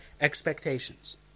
expectations